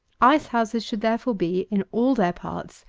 ice-houses should therefore be, in all their parts,